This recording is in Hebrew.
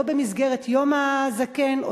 לא במסגרת יום הזקן,